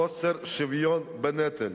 שחוסר שוויון בנטל